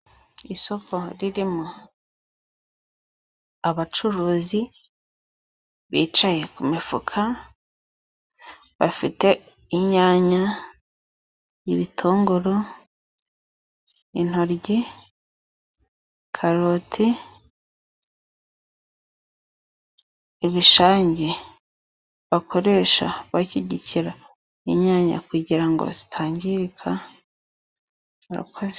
Isoko ririmo abacuruzi bicaye ku mifuka bafite inyanya, ibitunguru, intoryi, karoti, ibishangi bakoresha bashyigikira inyanya kugira ngo zitangirika abakozi.